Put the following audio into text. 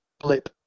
blip